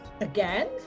again